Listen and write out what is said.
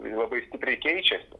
labai stipriai keičiasi